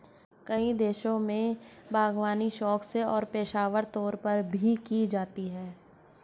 कई देशों में बागवानी शौक से और पेशेवर तौर पर भी की जाती है